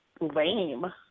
lame